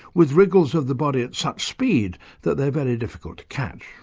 with wriggles of the body at such speed that they're very difficult to catch.